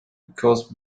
because